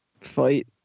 Fight